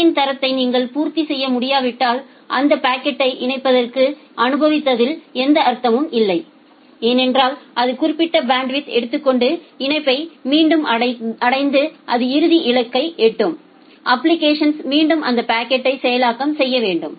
சேவையின் தரத்தை நீங்கள் பூர்த்தி செய்ய முடியாவிட்டால் அந்த பாக்கெட்யை இணைப்பிற்கு அனுப்புவதில் எந்த அர்த்தமும் இல்லை ஏனென்றால் அது குறிப்பிட்ட பேண்ட்வித் எடுத்துக்கொண்டு இணைப்பை மீண்டும் அடைத்து அது இறுதி இலக்கை எட்டும் அப்ளிகேஷன்ஸ் மீண்டும் அந்த பாக்கெட்யை செயலாக்க வேண்டும்